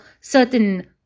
certain